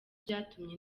byatumye